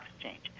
exchange